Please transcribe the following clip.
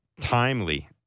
timely